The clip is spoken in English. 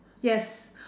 yes